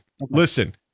listen